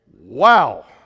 Wow